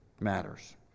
matters